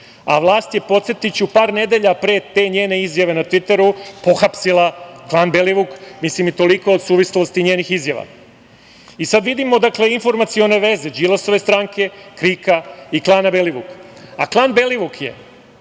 A vlast je, podsetiću, par nedelja pre te njene izjave na Tviteru pohapsila klan Belivuk. Mislim i toliko od suvislosti njenih izjava. Sad vidimo, dakle, informacione veze Đilasove stranke, KRIK-a i klana Belivuk. Klan Belivuk je